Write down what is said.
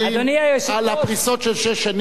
על הפריסות של שש שנים,